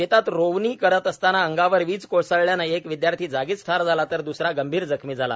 शेतात रोवणी करीत असताना अंगावर वीज कोसळल्याने एक विद्यार्थी जागीच ठार झाला तर द्रसरा गंभीर जखमी झाला